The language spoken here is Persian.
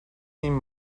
این